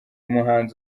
muhanzi